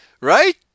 Right